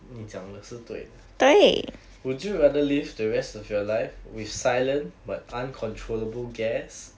你讲的是对的 would you rather live the rest of your life with silent but uncontrollable guess